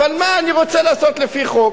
אבל מה, אני רוצה לעשות לפי חוק.